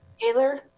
Taylor